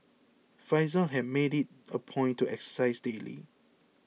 faizal had made it a point to exercise daily